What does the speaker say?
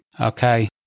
Okay